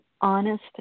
honest